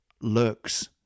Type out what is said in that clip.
lurks